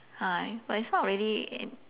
ah but it's not really an